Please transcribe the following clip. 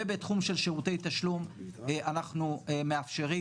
ובתחום של שירותי תשלום אנחנו מאפשרים